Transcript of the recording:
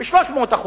ב-300%,